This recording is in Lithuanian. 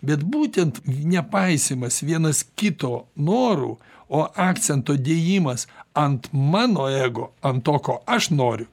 bet būtent nepaisymas vienas kito norų o akcento dėjimas ant mano ego ant to ko aš noriu